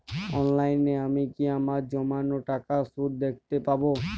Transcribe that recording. অনলাইনে আমি কি আমার জমানো টাকার সুদ দেখতে পবো?